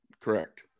Correct